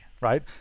right